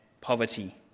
poverty